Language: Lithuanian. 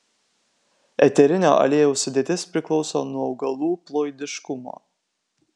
eterinio aliejaus sudėtis priklauso nuo augalų ploidiškumo